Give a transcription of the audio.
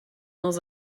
dans